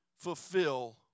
fulfill